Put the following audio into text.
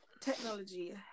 technology